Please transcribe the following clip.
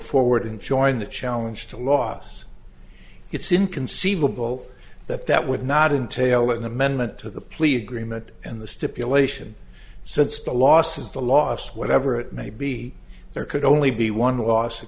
forward and join the challenge to los it's inconceivable that that would not entailing amendment to the plea agreement in the stipulation since the loss is the loss whatever it may be there could only be one loss it